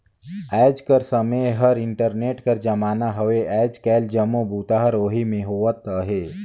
आएज कर समें हर इंटरनेट कर जमाना हवे आएज काएल जम्मो बूता हर ओही में होवत अहे